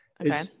Okay